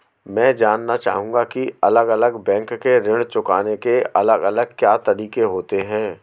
मैं जानना चाहूंगा की अलग अलग बैंक के ऋण चुकाने के अलग अलग क्या तरीके होते हैं?